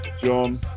John